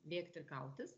bėgti ir kautis